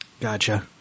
Gotcha